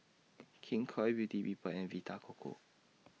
King Koil Beauty People and Vita Coco